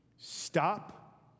Stop